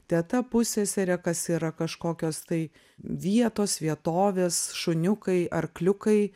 teta pusseserė kas yra kažkokios tai vietos vietovės šuniukai arkliukai